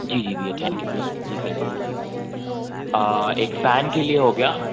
जी जी भैया thank you भैया जी कर लिए एक फ़ैन के लिए हो गया